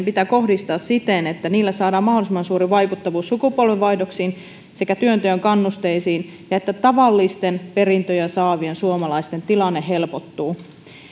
pitää kohdistaa siten että niillä saadaan mahdollisimman suuri vaikuttavuus sukupolvenvaihdoksiin työnteon kannusteisiin ja siihen että tavallisten perintöä saavien suomalaisten tilanne helpottuu